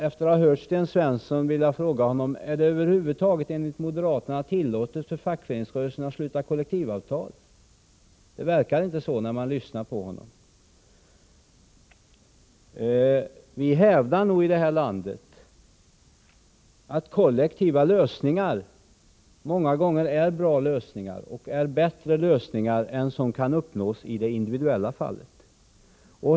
Efter att ha hört Sten Svensson skulle jag vilja fråga honom om det enligt moderaterna över huvud taget är tillåtet för fackföreningar att sluta kollektivavtal. Det verkar inte så när man lyssnar till honom. Vi hävdar nog det här landet att kollektiva lösningar många gånger är bra lösningar och bättre lösningar än de som kan uppnås i individuella fall.